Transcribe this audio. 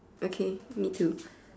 okay me too